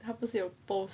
他不是有 post